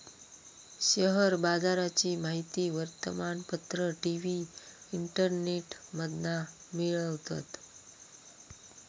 share बाजाराची माहिती वर्तमानपत्र, टी.वी, इंटरनेटमधना मिळवतत